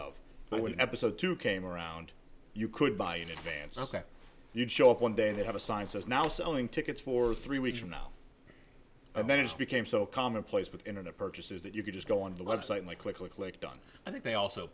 one episode two came around you could buy it and you'd show up one day that have a science is now selling tickets for three weeks from now and then just became so commonplace with internet purchases that you could just go on the web site like click click click done i think they also